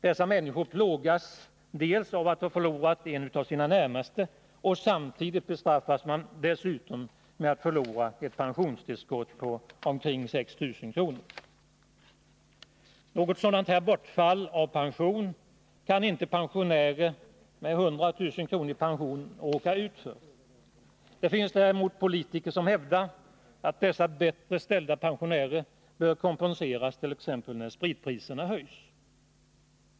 Dessa människor plågas av att ha förlorat en av sina närmaste, och samtidigt bestraffas de med att förlora ett pensionstillskott på omkring 6 000 kr. Något sådant bortfall av pension kan inte pensionärer med 100 000 kr. i pension råka ut för. Det finns dock politiker som hävdar att dessa bättre ställda pensionärer bör kompenseras t.ex. när spritpriserna höjs.